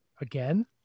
Again